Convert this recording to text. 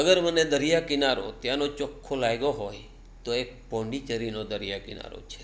અગર મને દરિયા કિનારો ત્યાંનો ચોખ્ખો લાગ્યો હોય તો એ પોંડિચેરીનો દરિયા કિનારો છે